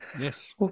yes